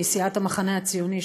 היא סיעת המחנה הציוני,